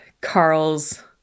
Carl's